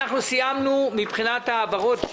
אנחנו סיימנו את ההעברות.